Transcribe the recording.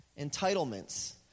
Entitlements